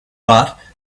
but